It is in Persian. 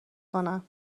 کنن